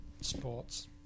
sports